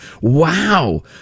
Wow